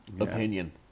opinion